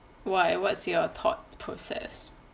why what's your thought process